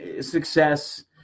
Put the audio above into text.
success